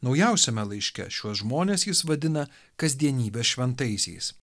naujausiame laiške šiuos žmones jis vadina kasdienybės šventaisiais